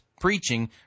preaching